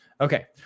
Okay